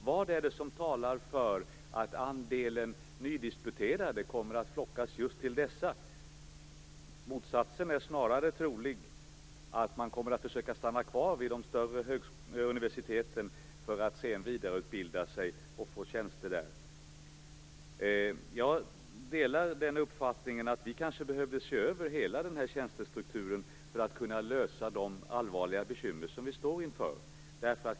Vad är det som talar för att andelen nydisputerade kommer att flockas just till dessa högskolor? Motsatsen är snarare trolig. Man kommer att försöka stanna kvar vid de större universiteten för att sedan vidareutbilda sig och få tjänst där. Jag delar uppfattningen att vi kanske behöver se över hela tjänstestrukturen för att kunna lösa de allvarliga bekymmer vi står inför.